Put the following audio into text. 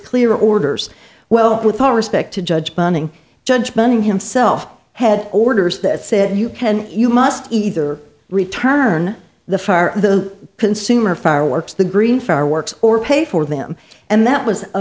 clear orders well with all respect to judge bunning judge manning himself had orders that said you can you must either return the fire the consumer fireworks the green fireworks or pay for them and that was a